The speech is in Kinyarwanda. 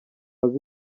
azi